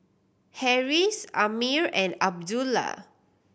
Harris Ammir and Abdullah